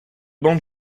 bancs